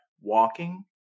walking